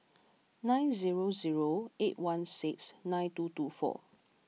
nine zero zero eight one six nine two two four